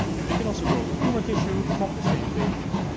but we can also grow the tumor tissue from the same patient.